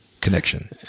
Connection